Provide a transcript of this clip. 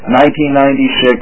1996